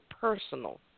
personal